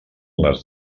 les